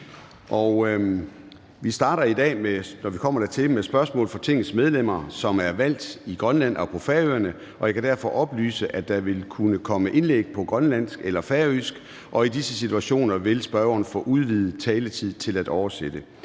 vi kommer dertil, med spørgsmål fra Tingets medlemmer, som er valgt i Grønland og på Færøerne, og jeg kan derfor oplyse, at der vil kunne komme indlæg på grønlandsk eller færøsk. I disse situationer vil spørgeren få udvidet taletid til at oversætte.